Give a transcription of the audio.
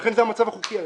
לכן זה המצב החוקי היום.